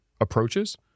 approaches